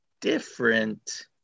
different